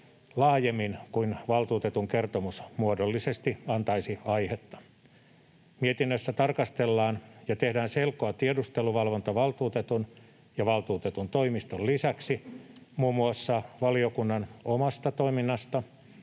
laajemmin kuin valtuutetun kertomus muodollisesti antaisi aihetta. Mietinnössä tarkastellaan ja tehdään selkoa tiedusteluvalvontavaltuutetun ja valtuutetun toimiston lisäksi muun muassa valiokunnan omasta toiminnasta,